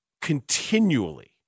continually